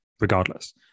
regardless